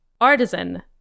Artisan